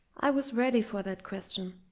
i was ready for that question.